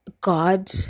God